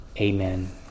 Amen